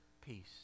peace